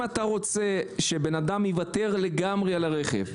אם אתה רוצה שבן אדם יוותר לגמרי על הרכב,